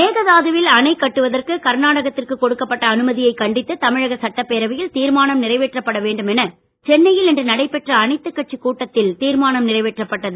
மேகதாதுவில் அனண கட்டுவதற்கு கர்நாடகத்திற்கு கொடுக்கப்பட்ட அனுமதியை கண்டித்து தமிழக சட்டப்பேரவையில் தீர்மானம் நிறைவேற்றப்பட வேண்டும் என சென்னையில் இன்று நடைபெற்ற அனைத்து கட்சி கூட்டத்தில் தீர்மானம் நிறைவேற்றப்பட்டது